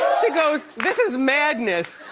she goes, this is madness.